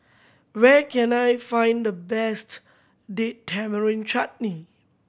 where can I find the best Date Tamarind Chutney